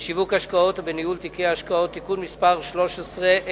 בשיווק השקעות ובניהול תיקי השקעות (תיקון מס' 13),